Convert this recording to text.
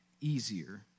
easier